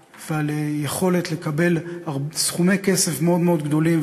ויכולת לקבל סכומי כסף מאוד מאוד גדולים,